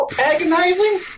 agonizing